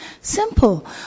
simple